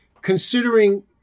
considering